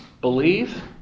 believe